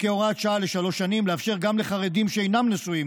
וכהוראת שעה לשלוש שנים לאפשר גם לחרדים שאינם נשואים